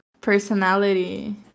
personality